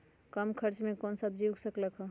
कम खर्च मे कौन सब्जी उग सकल ह?